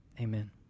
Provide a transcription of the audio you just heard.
Amen